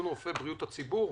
בריאות הציבור,